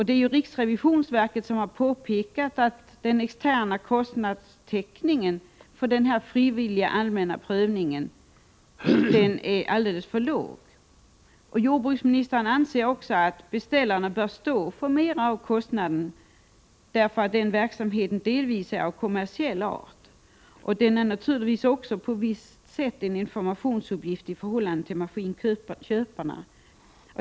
Det är riksrevisionsverket som påpekat att den externa kostnadstäckningen för denna frivilliga allmänna provning är alldeles för låg. Jordbruksministern anser att beställarna bör stå för mera av kostnaden därför att verksamheten delvis är av kommersiell art. Den omfattar också på visst sätt en informationsverksamhet, där information ges även till maskinköparna.